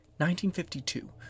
1952